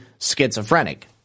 schizophrenic